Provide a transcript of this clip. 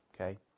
Okay